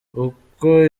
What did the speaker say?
uko